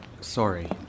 Sorry